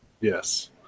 Yes